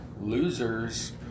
Losers